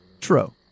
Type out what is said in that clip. True